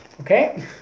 Okay